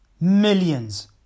millions